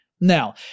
Now